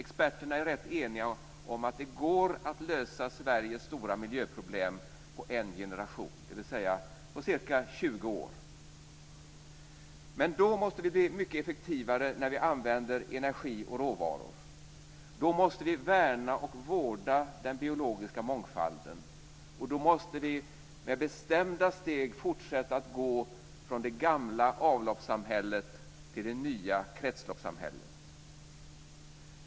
Experterna är ganska eniga om att det går att lösa Sveriges stora miljöproblem på en generation, dvs. på ca 20 år. Men då måste vi bli mycket effektivare när vi använder energi och råvaror. Då måste vi värna och vårda den biologiska mångfalden. Då måste vi med bestämda steg fortsätta att gå från det gamla avloppssamhället till det nya kretsloppssamhället.